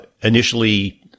initially